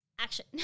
Action